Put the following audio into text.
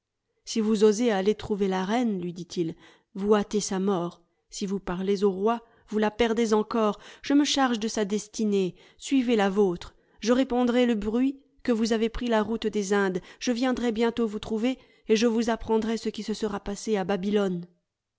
si vous osez aller trouver la reine lui dit-il vous hâtez sa mort si vous parlez au roi vous la perdez encore je me charge de sa destinée suivez la vôtre je répandrai le bruit que vous avez pris la route des indes je viendrai bientôt vous trouver et je vous apprendrai ce qui se sera passé à babylone